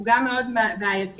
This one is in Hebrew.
הוא גם מאוד בעייתי.